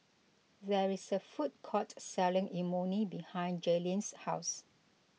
there is a food court selling Imoni behind Jailyn's house